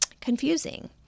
confusing